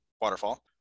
waterfall